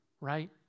right